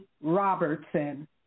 Robertson